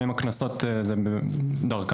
ואם הקנסות דרכם.